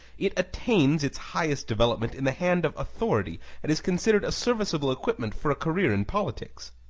it attains its highest development in the hand of authority and is considered a serviceable equipment for a career in politics.